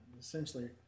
essentially